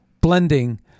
blending